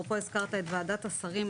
אפרופו הזכרת את ועדת השרים,